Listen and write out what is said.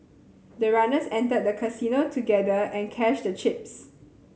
the runners entered the casino together and cashed the chips